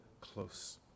close